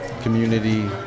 community